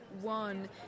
one